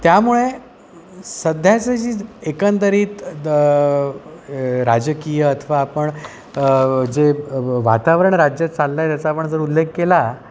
त्यामुळे सध्याचं जी एकंदरीत द ए राजकीय अथवा आपण जे वातावरण राज्यात चाललं आहे त्याचा आपण जर उल्लेख केला